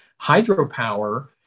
hydropower